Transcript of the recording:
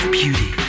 beauty